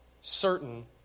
certain